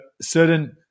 certain